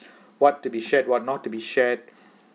what to be shared what not to be shared